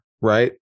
Right